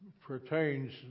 pertains